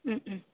ഉം ഉം